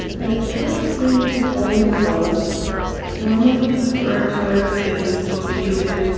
i can't seem to find it though normally the thread cutter is located